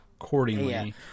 Accordingly